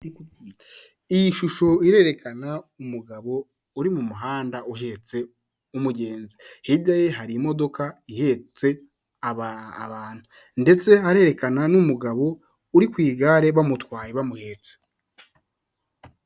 Iyi shusho irerekana umugabo uri mu muhanda uhetse umugenzi, hirya ye hari imodoka ihetse abantu, ndetse irerekana n'umugabo uri ku igare bamutwaye bamuhetse.